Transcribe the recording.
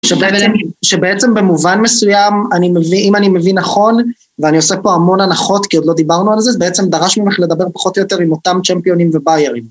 שבעצם, שבעצם במובן מסוים אני מבין, אם אני מבין נכון ואני עושה פה המון הנחות כי עוד לא דיברנו על זה, בעצם דרש ממך לדבר פחות או יותר עם אותם צ'מפיונים וביירים.